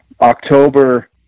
October